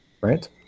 Right